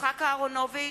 יצחק אהרונוביץ,